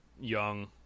young